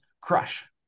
crush